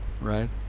right